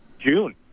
june